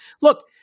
Look